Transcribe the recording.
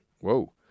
Whoa